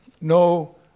no